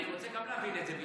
אבל גם אני רוצה להבין את זה.